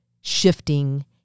shifting